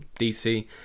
DC